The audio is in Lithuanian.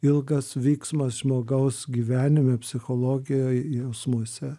ilgas vyksmas žmogaus gyvenime psichologijoj jausmuose